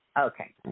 okay